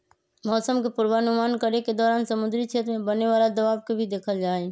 मौसम के पूर्वानुमान करे के दौरान समुद्री क्षेत्र में बने वाला दबाव के भी देखल जाहई